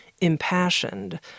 impassioned